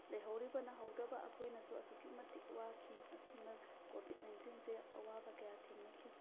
ꯂꯩꯍꯧꯔꯤꯕ ꯅꯥꯍꯧꯗꯕ ꯑꯩꯈꯣꯏꯅꯁꯨ ꯑꯁꯨꯛꯀꯤ ꯃꯇꯤꯛ ꯋꯥꯈꯤ ꯑꯁꯨꯝꯅ ꯀꯣꯕꯤꯠ ꯅꯥꯏꯟꯇꯤꯟꯁꯦ ꯑꯋꯥꯕ ꯀꯌꯥ ꯊꯦꯡꯅꯈꯤ